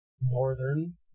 northern